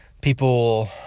people